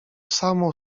samo